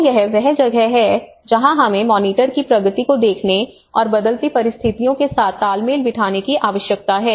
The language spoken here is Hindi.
तो यह वह जगह है जहाँ हमें मॉनिटर की प्रगति को देखने और बदलती परिस्थितियों के साथ तालमेल बिठाने की आवश्यकता है